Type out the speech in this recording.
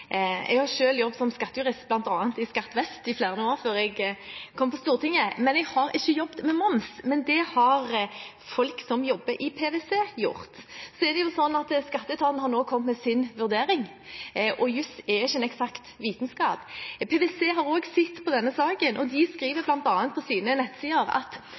Jeg har selv jobbet som skattejurist, bl.a. i Skatt vest, i flere år før jeg kom på Stortinget. Jeg har ikke jobbet med moms, men det har folk som jobber i PwC, gjort. Skatteetaten har nå kommet med sin vurdering – og jus er ingen eksakt vitenskap. PwC har også sett på denne saken, og de skriver bl.a. på sine nettsider at